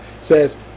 says